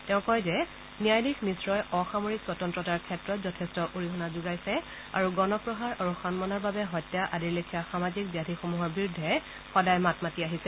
তেওঁ কয় যে ন্যায়াধীশ মিশ্ৰই অসামৰিক স্বতন্ত্ৰতাৰ ক্ষেত্ৰত যথেষ্ঠ অৰিহণা যোগাইছে আৰু গণপ্ৰহাৰ আৰু সন্মানৰ বাবে হত্যা আদিৰ লেখিয়া সামাজিক ব্যাধিসমূহৰ বিৰুদ্ধে সহায় মাত মাতি আহিছে